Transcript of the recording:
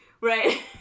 Right